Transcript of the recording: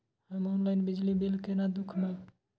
हम ऑनलाईन बिजली बील केना दूखमब?